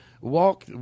walk